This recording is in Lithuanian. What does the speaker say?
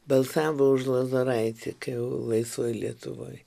balsavo už lozoraitį kai jau laisvoj lietuvoj